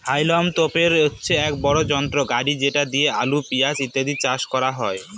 হাউলম তোপের হচ্ছে এক বড় যন্ত্র গাড়ি যেটা দিয়ে আলু, পেঁয়াজ ইত্যাদি চাষ করা হয়